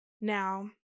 Now